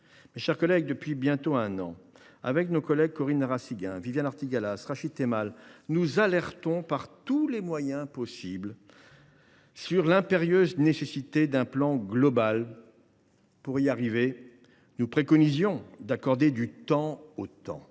Mes chers collègues, depuis bientôt un an, avec nos collègues Corinne Narassiguin, Viviane Artigalas et Rachid Temal, nous alertons par tous les moyens possibles sur l’impérieuse nécessité d’un plan global. Nous préconisions, pour y parvenir, d’accorder du temps au temps